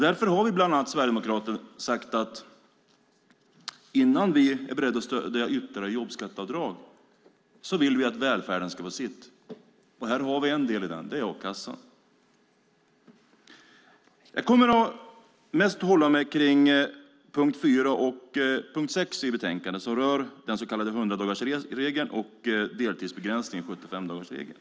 Därför har bland annat vi sverigedemokrater sagt att innan vi är beredda att stödja ytterligare jobbskatteavdrag vill vi att välfärden ska få sitt. Här har vi en del av detta - a-kassan. Jag kommer mest att hålla mig kring punkt 4 och punkt 6 i betänkandet, som rör den så kallade 100-dagarsregeln och deltidsbegränsningen, alltså 75-dagarsregeln.